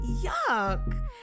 Yuck